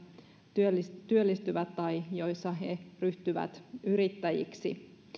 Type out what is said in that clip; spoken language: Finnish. työllistyvät työllistyvät tai joilla he ryhtyvät yrittäjiksi